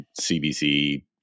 CBC